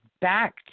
back